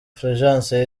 fulgence